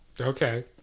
Okay